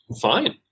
fine